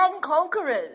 conquerors